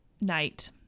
night